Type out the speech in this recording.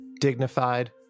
dignified